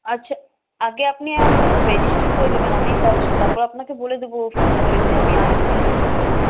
আচ্ছা আগে আপনি রেজিস্টার করে দেবেন আমি তা তারপর আপনাকে বলে দেব ফোন করে যে আমি আসছি সেদিনকে